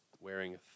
wearing